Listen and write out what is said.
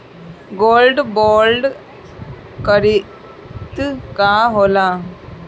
Gold bond करतिं का होला?